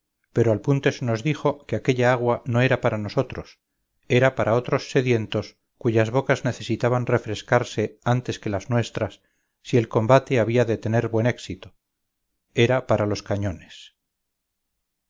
pero al punto se nos dijo que aquella agua no era para nosotros era para otros sedientos cuyas bocas necesitaban refrescarse antes que las nuestras si el combate había de tener buen éxito era para los cañones